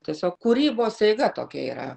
tiesiog kūrybos eiga tokia yra